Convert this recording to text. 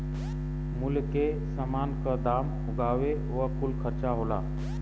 मूल्य मे समान क दाम उगावे क कुल खर्चा होला